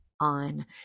on